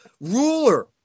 ruler